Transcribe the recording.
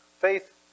faith